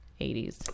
80s